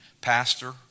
pastor